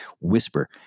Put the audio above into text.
whisper